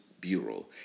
Bureau